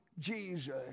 Jesus